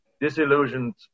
disillusioned